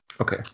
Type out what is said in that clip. Okay